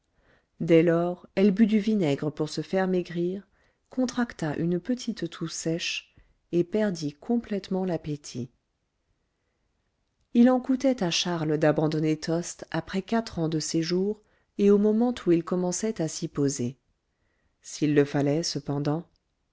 dès lors elle but du vinaigre pour se faire maigrir contracta une petite toux sèche et perdit complètement l'appétit il en coûtait à charles d'abandonner tostes après quatre ans de séjour et au moment où il commençait à s'y poser s'il le fallait cependant